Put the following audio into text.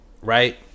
right